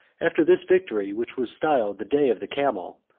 after this victory, which was styled the day of the camel,